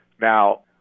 Now